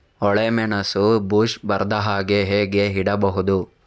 ಒಳ್ಳೆಮೆಣಸನ್ನು ಬೂಸ್ಟ್ ಬರ್ದಹಾಗೆ ಹೇಗೆ ಇಡಬಹುದು?